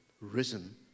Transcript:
risen